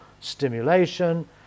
stimulation